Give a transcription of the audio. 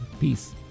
peace